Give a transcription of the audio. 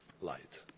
light